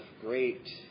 great